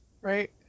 Right